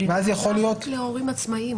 ואז יכול להיות -- אבל זה להורים עצמאיים,